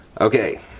Okay